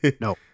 no